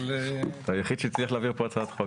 אתה היחיד שהצליח להעביר פה הצעת חוק.